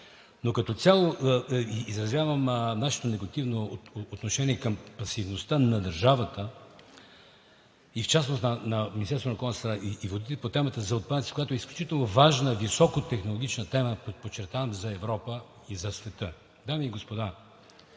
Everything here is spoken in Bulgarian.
Но като цяло изразявам нашето негативно отношение към пасивността на държавата и в частност на Министерството на околната среда и водите по темата за отпадъците, която е изключително важна, високотехнологична тема, подчертавам, за Европа и за света. Дами и господа,